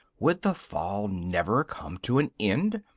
would the fall never come to an end?